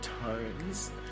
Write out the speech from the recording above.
tones